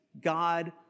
God